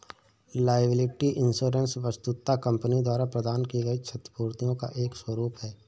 liability insurance वस्तुतः company द्वारा प्रदान की गई क्षतिपूर्ति का एक स्वरूप है